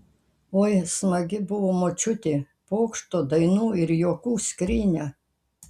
oi smagi buvo močiutė pokštų dainų ir juokų skrynia